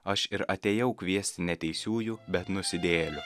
aš ir atėjau kviesti ne teisiųjų bet nusidėjėlių